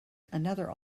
another